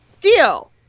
deal